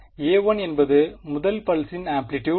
எனவே a1 என்பது முதல் பல்சின் ஆம்ப்ளிடியூட்